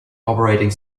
operating